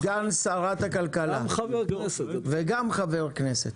סגן שרת הכלכלה והתעשייה יאיר גולן: